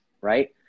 right